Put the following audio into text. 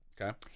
Okay